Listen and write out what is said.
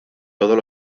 todos